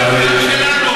תן לנו.